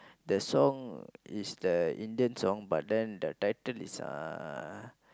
the song is the Indian song but then the title is uh